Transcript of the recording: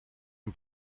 een